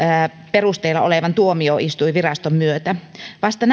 perusteilla olevan tuomioistuinviraston myötä vasta